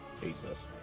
Jesus